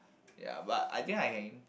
ya but I think I can